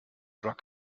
rock